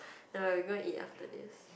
never mind we go and eat after this